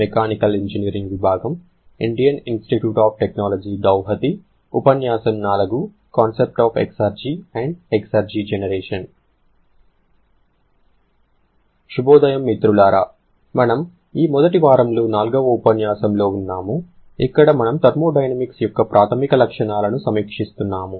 శుభోదయం మిత్రులారా మనము ఈ మొదటి వారంలో నాల్గవ ఉపన్యాసంలో ఉన్నాము ఇక్కడ మనము థర్మోడైనమిక్స్ యొక్క ప్రాథమిక లక్షణాలను సమీక్షిస్తున్నాము